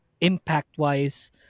impact-wise